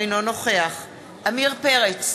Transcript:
אינו נוכח עמיר פרץ,